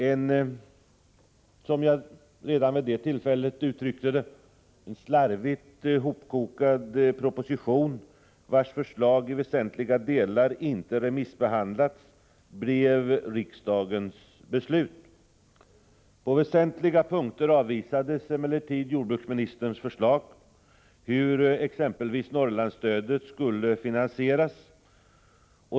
En, som jag redan vid det tillfället uttryckte det, slarvigt hopkokad proposition, vars förslag i väsentliga delar inte remissbehandlats, blev riksdagens beslut. På väsentliga punkter avvisades emellertid jordbruksministerns förslag — exempelvis när det gällde hur Norrlandsstödet skulle finansieras.